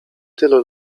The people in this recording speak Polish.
tylu